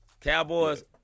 Cowboys